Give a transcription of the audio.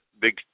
big